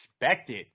expected